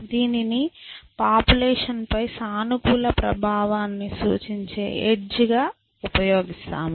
దీనిని పాపులేషన్ పై సానుకూల ప్రభావాన్ని సూచించే ఎడ్జ్ గా దీనిని ఉపయోగిస్తాము